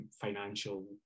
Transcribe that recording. financial